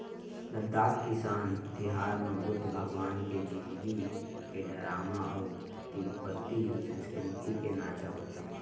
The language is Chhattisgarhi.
लद्दाख किसान तिहार म बुद्ध भगवान के जिनगी के डरामा अउ तिब्बती संस्कृति के नाचा होथे